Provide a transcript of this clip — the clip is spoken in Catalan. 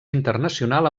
internacional